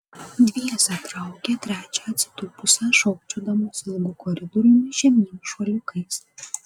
dviese traukė trečią atsitūpusią šokčiodamos ilgu koridoriumi žemyn šuoliukais